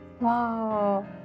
Wow